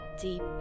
deep